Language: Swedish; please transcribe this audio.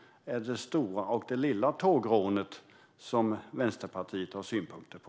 Är det stora eller lilla tågrånet som Vänsterpartiet har synpunkter på?